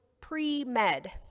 pre-med